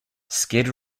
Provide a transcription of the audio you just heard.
skid